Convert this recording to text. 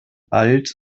alt